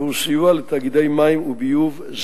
מעבר לתקציב הרגיל של המינהל לתשתיות ביוב,